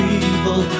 evil